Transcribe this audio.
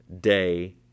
day